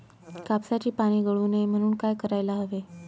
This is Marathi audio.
कापसाची पाने गळू नये म्हणून काय करायला हवे?